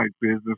business